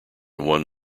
won